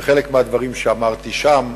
וחלק מהדברים שאמרתי שם,